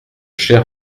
cher